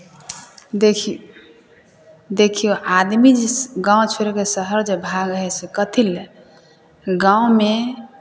देख देखियौ आदमी जे गाँव छोड़ि कऽ शहर जे भागै हइ से कथी लए गाँवमे